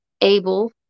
able